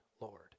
Lord